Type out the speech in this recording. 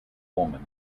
woman